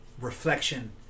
reflection